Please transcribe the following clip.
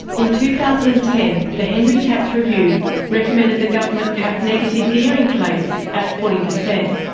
in two thousand and ten the henry tax review recommended the government cap negative gearing claims at forty percent.